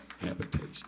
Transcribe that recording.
habitation